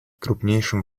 крупнейшим